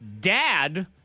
dad